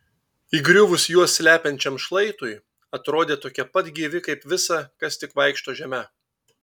įgriuvus juos slepiančiam šlaitui atrodė tokie pat gyvi kaip visa kas tik vaikšto žeme